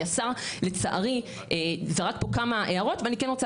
כי השר לצערי זרק פה כמה הערות ואני כן רוצה